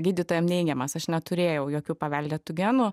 gydytojam neigiamas aš neturėjau jokių paveldėtų genų